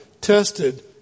tested